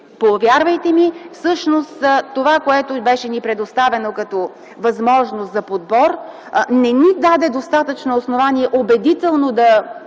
Повярвайте ми, онова, което ни беше предоставено като възможност за подбор, не ни даде достатъчно основание убедително да